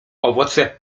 owoce